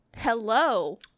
hello